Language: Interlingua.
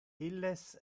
illes